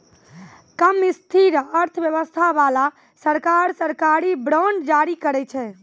कम स्थिर अर्थव्यवस्था बाला सरकार, सरकारी बांड जारी करै छै